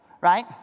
right